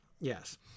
Yes